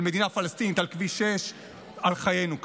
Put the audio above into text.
מדינה פלסטינית על כביש 6 על חיינו כאן.